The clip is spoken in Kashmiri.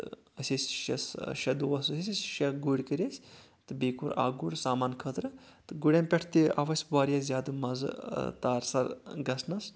تہٕ أسۍ ٲسۍ شےٚ دوس ٲسۍ أسۍ شےٚ گُرۍ کٔرۍ اَسہِ بیٚیہِ کوٚر اَکھ گُر سامانہٕ خٲطرٕ تہٕ گُرٮ۪ن پٮ۪ٹھ تہِ آو اَسہِ واریاہ زیادٕ مزٕ تارسر گژھنٛس